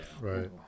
Right